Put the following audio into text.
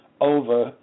over